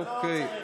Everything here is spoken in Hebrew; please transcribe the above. אוקיי.